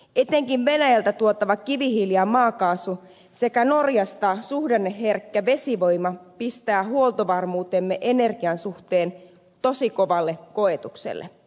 etenkin venäjältä tuotava kivihiili ja maakaasu sekä norjasta suhdanneherkkä vesivoima pistää huoltovarmuutemme energian suhteen tosi kovalle koetukselle